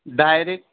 direct